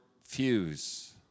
fuse